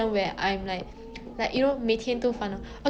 ya certain extent